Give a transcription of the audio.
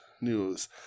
News